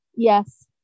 Yes